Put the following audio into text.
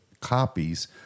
copies